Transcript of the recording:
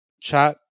chat